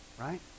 Right